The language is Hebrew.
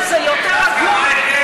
זה יותר הגון.